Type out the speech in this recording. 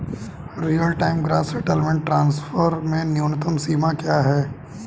Real time gross settlement transfer में न्यूनतम सीमा क्या है?